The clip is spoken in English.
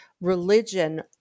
religion